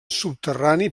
subterrani